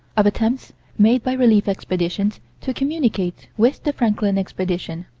of attempts made by relief expeditions to communicate with the franklin expedition.